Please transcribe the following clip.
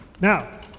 now